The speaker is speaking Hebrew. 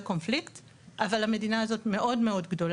קונפליקט אבל המדינה הזאת היא מאוד גדולה.